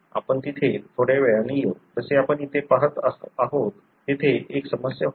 आपण तिथे थोड्या वेळाने येऊ जसे आपण इथे पहात आहोत तेथे एक समस्या होती